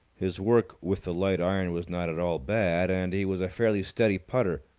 his work with the light iron was not at all bad, and he was a fairly steady putter.